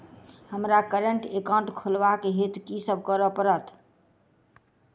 हमरा current account खोलेवाक हेतु की सब करऽ पड़त?